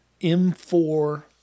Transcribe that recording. M4